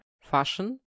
fashion